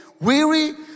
weary